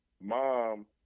mom